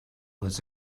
was